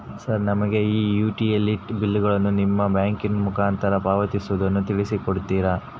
Sir ನಮಗೆ ಈ utility ಬಿಲ್ಲುಗಳನ್ನು ನಿಮ್ಮ ಬ್ಯಾಂಕಿನ ಮುಖಾಂತರ ಪಾವತಿಸುವುದನ್ನು ತಿಳಿಸಿ ಕೊಡ್ತೇರಾ?